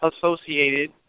associated